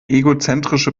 egozentrische